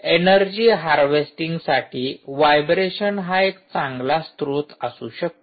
energy harvesting साठी व्हायब्रेशनहा एक चांगला स्त्रोत असू शकतो